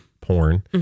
porn